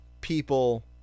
people